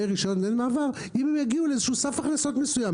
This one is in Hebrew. רישיון ודמי מעבר אם הם יגיעו לאיזה שהוא סף הכנסות מסוים,